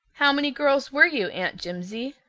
how many girls were you, aunt jimsie?